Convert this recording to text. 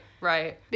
Right